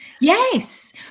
Yes